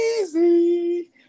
easy